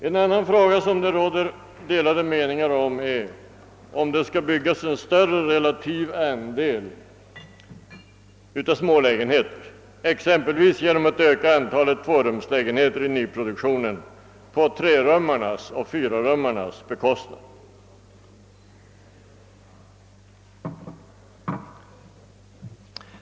En annan fråga som det råder delade meningar om är huruvida det skall byggas en större relativ andel smålägenheter, exempelvis genom att antalet tvårumslägenheter i nyproduktionen ökas på bekostnad av produktionen av trerummare och fyrarummare.